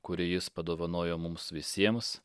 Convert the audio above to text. kurį jis padovanojo mums visiems